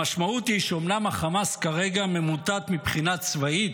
המשמעות היא שאומנם החמאס כרגע ממוטט מבחינה צבאית,